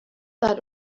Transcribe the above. that